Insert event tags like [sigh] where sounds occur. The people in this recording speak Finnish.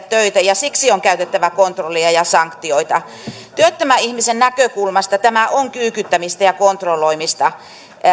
[unintelligible] töitä ja siksi on käytettävä kontrollia ja sanktioita työttömän ihmisen näkökulmasta tämä on kyykyttämistä ja kontrolloimista